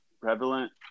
prevalent